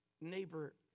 neighbor